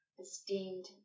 esteemed